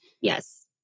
Yes